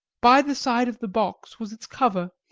by the side of the box was its cover,